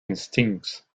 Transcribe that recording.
instincts